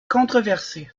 controversée